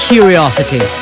Curiosity